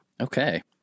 Okay